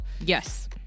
Yes